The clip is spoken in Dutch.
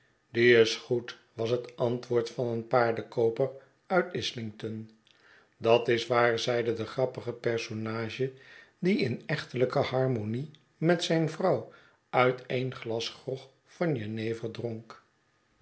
die is goed was het antwoord van een paardenkooper uit islington dat swaar zeide de grappige personage die in echtelijke harmonie met zijn vrouw uit een glas grog van jenever dronk